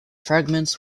fragments